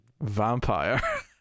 vampire